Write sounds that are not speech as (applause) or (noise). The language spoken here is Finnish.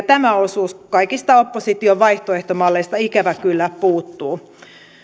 (unintelligible) tämä osuus kaikista opposition vaihtoehtomalleista ikävä kyllä puuttuu